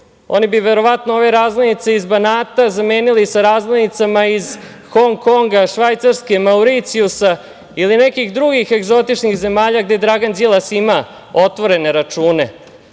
oni bi verovatno ove razlgednice iz Banata zamenili sa razglednicama iz Hong Konga, Švajcarske, Mauricijusa ili nekih drugih egzotičnih zemalja gde Dragan Đilas ima otvorene račune. Meni